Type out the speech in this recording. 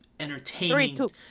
entertaining